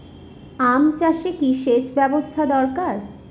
আম চাষে কি সেচ ব্যবস্থা দরকার?